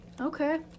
Okay